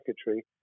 secretary